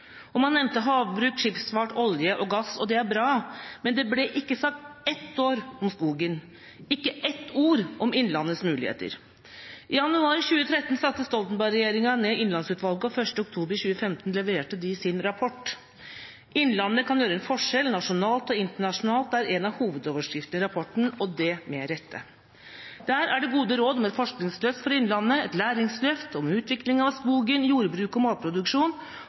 Man nevnte havbruk, skipsfart, olje og gass, og det er bra. Men det ble ikke sagt ett ord om skogen, ikke ett ord om Innlandets muligheter. I januar 2013 satte Stoltenberg-regjeringa ned Innlandsutvalget, og 1. oktober 2015 leverte de sin rapport. «Innlandet kan utgjøre en forskjell nasjonalt og internasjonalt», er en av hovedoverskriftene i rapporten, og det med rette. Der er det gode råd om et forskningsløft for Innlandet, et læringsløft, utvikling av skogen, jordbruk og matproduksjon,